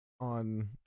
on